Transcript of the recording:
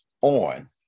on